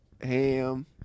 ham